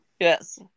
yes